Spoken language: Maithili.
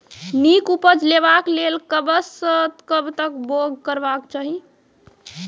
नीक उपज लेवाक लेल कबसअ कब तक बौग करबाक चाही?